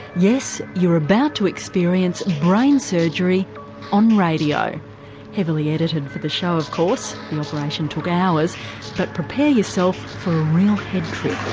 yes, you're about to experience brain surgery on radio heavily edited for the show of course, the operation took hours but prepare yourself for a real head-trip.